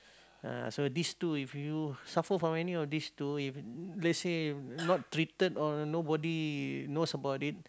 uh so these two if you suffer from any of this two if let's say not treated or nobody knows about it